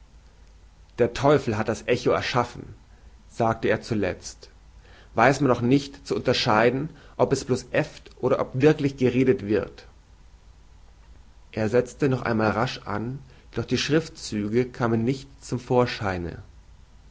der teufel hat das echo erschaffen sagte er zulezt weiß man doch nicht zu unterscheiden ob es bloß äfft oder ob wirklich geredet wird er setzte noch einmal rasch an doch die schriftzüge kamen nicht zum vorscheine